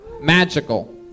Magical